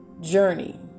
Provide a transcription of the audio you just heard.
journey